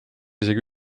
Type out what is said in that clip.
isegi